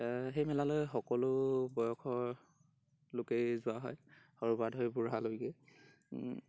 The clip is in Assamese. সেই মেলালৈ সকলো বয়সৰ লোকেই যোৱা হয় সৰুৰপৰা ধৰি বুঢ়ালৈকে